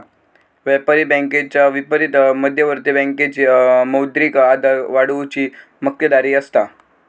व्यापारी बँकेच्या विपरीत मध्यवर्ती बँकेची मौद्रिक आधार वाढवुची मक्तेदारी असता